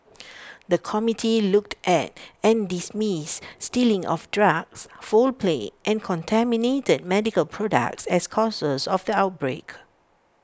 the committee looked at and dismissed stealing of drugs foul play and contaminated medical products as causes of the outbreak